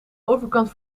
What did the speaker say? overkant